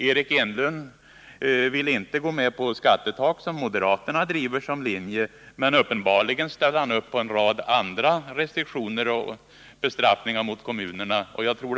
Eric Enlund vill inte acceptera den linje som moderaterna drivit, nämligen ett skattetak, men han ställer sig uppenbarligen bakom en rad andra restriktioner för och bestraffningar av kommuner.